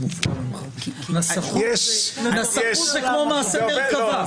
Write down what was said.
נסחות זה כמו מעשה מרכבה.